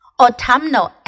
autumnal